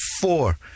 four